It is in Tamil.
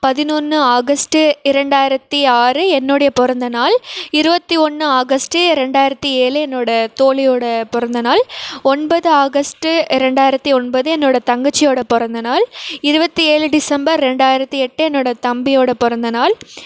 பதினொன்று ஆகஸ்ட்டு இரண்டாயிரத்தி ஆறு என்னுடைய பிறந்த நாள் இருபத்தி ஒன்று ஆகஸ்ட்டு ரெண்டாயிரத்தி ஏழு என்னோடய தோழியோடய பிறந்த நாள் ஒன்பது ஆகஸ்ட்டு ரெண்டாயிரத்தி ஒன்பது என்னோடய தங்கச்சியோடய பிறந்த நாள் இருபத்தி ஏழு டிசம்பர் ரெண்டாயிரத்தி எட்டு என்னோடய தம்பியோடய பிறந்த நாள்